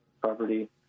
property